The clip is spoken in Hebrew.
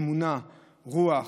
אמונה, רוח,